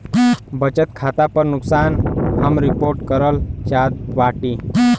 बचत खाता पर नुकसान हम रिपोर्ट करल चाहत बाटी